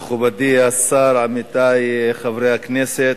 תודה, מכובדי השר, עמיתי חברי הכנסת,